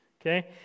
okay